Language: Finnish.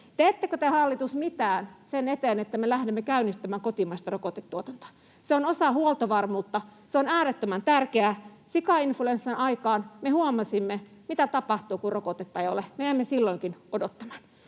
Teettekö te, hallitus, mitään sen eteen, että me lähdemme käynnistämään kotimaista rokotetuotantoa? Se on osa huoltovarmuutta. Se on äärettömän tärkeää. Sikainfluenssan aikaan me huomasimme, mitä tapahtuu, kun rokotetta ei ole. Me jäimme silloinkin odottamaan.